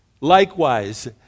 Likewise